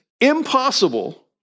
impossible